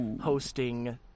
hosting